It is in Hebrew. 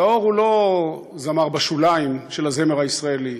ד'אור הוא לא זמר בשוליים של הזמר הישראלי,